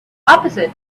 opposite